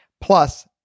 Plus